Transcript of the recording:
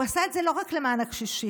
הוא עשה את זה לא רק למען הקשישים,